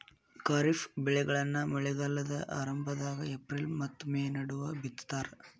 ಖಾರಿಫ್ ಬೆಳೆಗಳನ್ನ ಮಳೆಗಾಲದ ಆರಂಭದಾಗ ಏಪ್ರಿಲ್ ಮತ್ತ ಮೇ ನಡುವ ಬಿತ್ತತಾರ